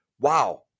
wow